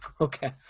Okay